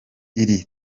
iri